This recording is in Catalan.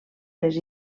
les